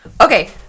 Okay